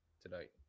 tonight